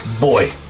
Boy